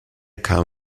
kam